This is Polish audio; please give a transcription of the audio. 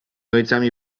ojcami